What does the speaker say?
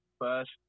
first